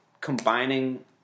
combining